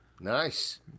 Nice